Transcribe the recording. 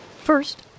First